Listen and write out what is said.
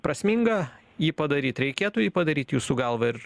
prasminga jį padaryt reikėtų jį padaryt jūsų galva ir